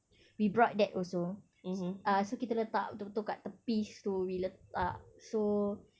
we brought that also so kita letak betul-betul kat tepi situ we letak so